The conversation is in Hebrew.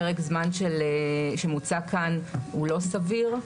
פרק הזמן שמוצע כאן הוא לא סביר.